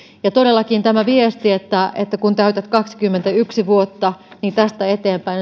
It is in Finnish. todellakin tämä viesti että että kun täytät kaksikymmentäyksi vuotta niin tästä eteenpäin